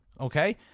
okay